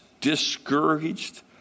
discouraged